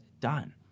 done